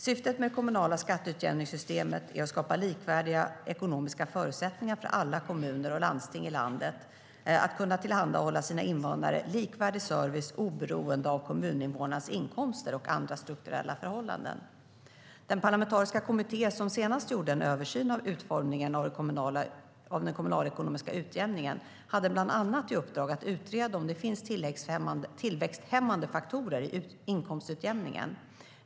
Syftet med det kommunala skatteutjämningssystemet är att skapa likvärdiga ekonomiska förutsättningar för alla kommuner och landsting i landet att kunna tillhandahålla sina invånare likvärdig service oberoende av kommuninvånarnas inkomster och andra strukturella förhållanden. Den parlamentariska kommitté som senast gjorde en översyn av utformningen av den kommunalekonomiska utjämningen hade bland annat i uppdrag att utreda om det finns tillväxthämmande faktorer i inkomstutjämningen.